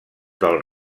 del